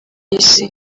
isi